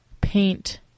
paint